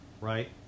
right